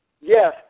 Yes